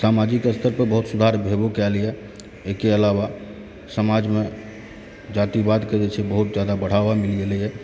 समाजिक स्तर पर बहुत सुधार भेवो कैल यऽ एहिके अलावा समाजमे जातिवादके जे छै बहुत जादा बढ़ावा मिल गेलैया